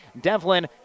Devlin